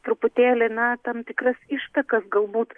truputėlį na tikras ištakas galbūt